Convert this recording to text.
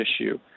issue